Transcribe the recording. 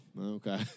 okay